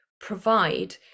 provide